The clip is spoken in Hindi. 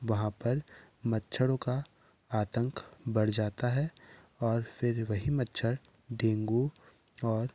वहाँ पर मच्छरों का आतंक बढ़ जाता है और फिर वही मच्छर डेंगू और